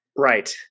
right